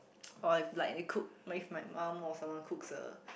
or if like they cook with my mum or someone cooks a